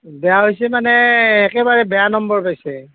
বেয়া হৈছে মানে একেবাৰে বেয়া নম্বৰ পাইছে